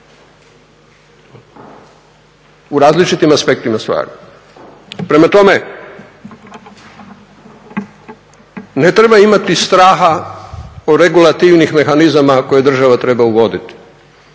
u različitim aspektima stvari. Prema tome, ne treba imati straha o regulativnih mehanizama koje država treba uvoditi,